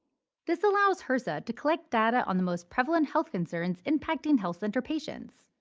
this allows hrsa to collect data on the most prevalent health concerns impacting health center patients.